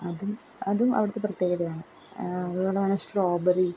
അതും അതും അവിടത്തെ പ്രത്യേകതയാണ് അതുപോലെതന്നെ സ്ട്രോബെറി